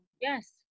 Yes